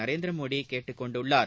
நரேந்திரமோடி கேட்டுக் கொண்டுள்ளார்